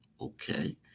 okay